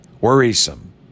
worrisome